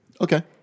Okay